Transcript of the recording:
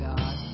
God